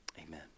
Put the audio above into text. amen